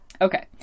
Okay